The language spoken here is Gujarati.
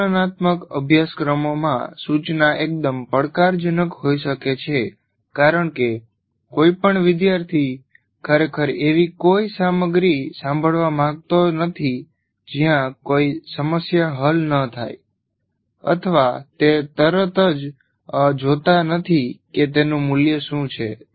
આ વર્ણનાત્મક અભ્યાસક્રમોમાં સૂચના એકદમ પડકારજનક હોઈ શકે છે કારણ કે કોઈ પણ વિદ્યાર્થી ખરેખર એવી કોઈ સામગ્રી સાંભળવા માંગતો નથી જ્યાં કોઈ સમસ્યા હલ ન થાય અથવા તે તરત જ જોતા નથી કે તેનું મૂલ્ય શું છે